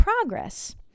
progress